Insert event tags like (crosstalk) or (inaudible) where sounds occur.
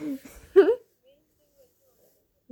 (laughs)